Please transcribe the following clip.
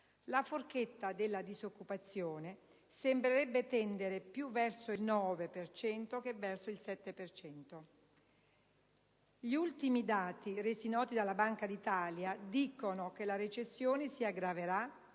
la forchetta della disoccupazione sembrerebbe tendere più verso il 9 per cento che verso il 7 per cento. Gli ultimi dati resi noti dalla Banca d'Italia dicono che la recessione si aggraverà